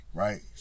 right